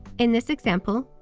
in this example,